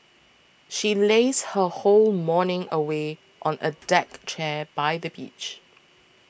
she lazed her whole morning away on a deck chair by the beach